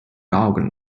augen